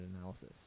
analysis